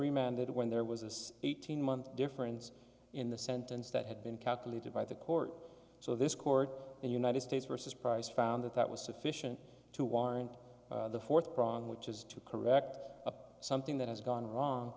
remanded when there was this eighteen month difference in the sentence that had been calculated by the court so this court and united states versus price found that that was sufficient to warrant the fourth prong which is to correct something that has gone wrong